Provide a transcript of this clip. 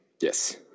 Yes